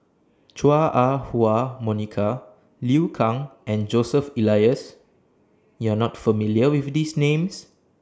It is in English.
Chua Ah Huwa Monica Liu Kang and Joseph Elias YOU Are not familiar with These Names